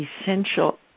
essential